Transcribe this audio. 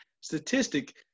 statistic